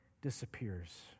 disappears